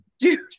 Dude